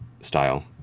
style